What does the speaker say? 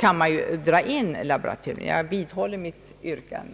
kan man dra in laboraturen. Jag vidhåller mitt yrkande.